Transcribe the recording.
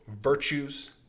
virtues